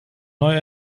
neue